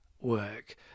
work